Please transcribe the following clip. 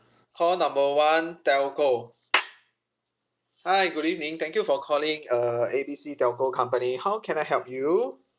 call number one telco hi good evening thank you for calling uh A B C telco company how can I help you